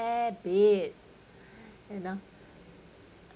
bit you know